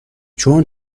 چون